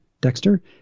Dexter